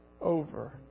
over